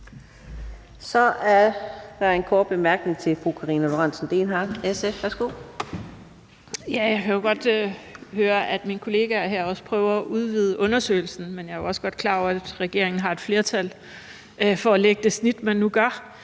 Jeg kan jo godt høre, at mine kollegaer her også prøver at udvide undersøgelsen, men jeg er også godt klar over, at regeringen har et flertal for at lægge det snit, man nu gør.